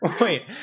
wait